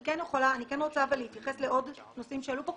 אני כן רוצה להתייחס לעוד נושאים שעלו פה,